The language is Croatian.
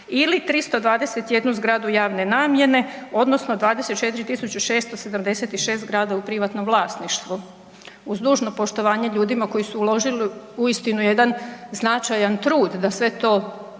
ili 321 zgradu javne namjene odnosno 24.676 zgrada u privatnom vlasništvu. Uz dužno poštovanje ljudima koji su uložili uistinu jedan značajan trud da sve to popišu,